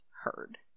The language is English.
herd